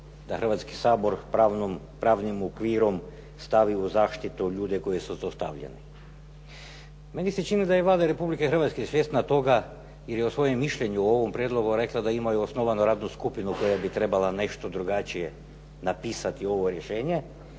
da Hrvatski sabor pravnim okvirom stavi u zaštitu ljude koji su zlostavljani. Meni se čini da je Vlada Republike Hrvatske svjesna toga jer je u svojem mišljenju o ovom prijedlogu rekla da imaju osnovanu radnu skupinu koja bi trebala nešto drugačije napisati ovo rješenje.